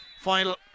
final